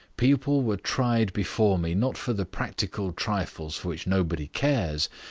people were tried before me not for the practical trifles for which nobody cares,